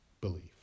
belief